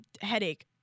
headache